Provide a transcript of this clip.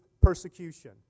persecution